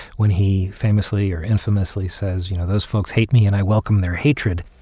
when he famously or infamously says, you know, those folks hate me and i welcome their hatred.